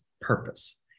purpose